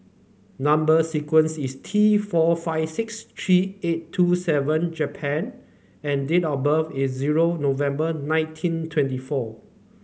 number sequence is T four five six three eight two seven Japan and date of birth is zero November nineteen twenty four